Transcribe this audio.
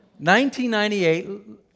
1998